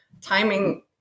timing